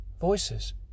voices